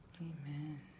Amen